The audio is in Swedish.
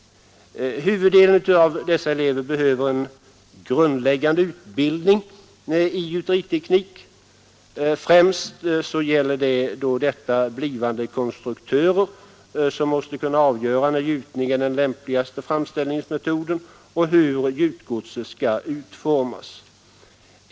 Huvuddelen av dessa elever behöver en grundläggande utbildning i gjuteriteknik. Främst gäller detta för blivande konstruktörer, som måste kunna avgöra när gjutning är den lämpligaste framställningsmetoden och hur gjutgodset skall utformas.